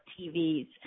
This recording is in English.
TVs